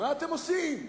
מה אתם עושים?